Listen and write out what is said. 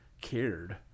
cared